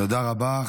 תודה רבה.